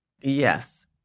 Yes